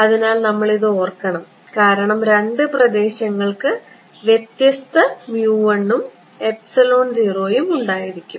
അതിനാൽ നമ്മൾ ഇത് ഓർക്കണം കാരണം 2 പ്രദേശങ്ങൾക്ക് വ്യത്യസ്ത ഉം യും ഉണ്ടായിരിക്കും